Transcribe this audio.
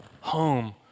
home